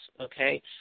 okay